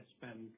spend